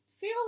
feel